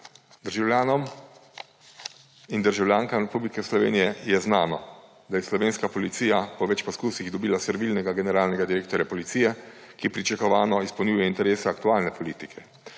Državljanom in državljankam Republike Slovenije je znano, da je slovenska policija po več poskusih dobila servilnega generalnega direktorja policije, ki pričakovano izpolnjuje interes aktualne politike;